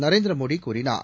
நரேந்திரமோடி கூறினார்